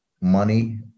money